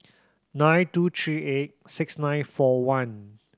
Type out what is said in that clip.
nine two three eight six nine four one